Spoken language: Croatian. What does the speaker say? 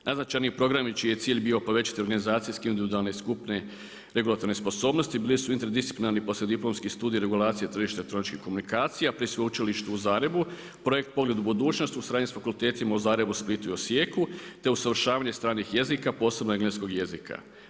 Najznačajniji programi čiji je cilj bio povećati organizacijske individualne skupine, regulatorne sposobnosti bili su interdisciplinarni studiji regulacije tržišta elektroničkih komunikacija pri Sveučilištu u Zagrebu projekt „Pogled u budućnost“ u suradnji sa fakultetima u Zagrebu, Splitu i Osijeku, te usavršavanje stranih jezika posebno engleskog jezika.